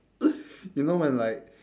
you know when like